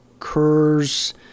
occurs